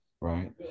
right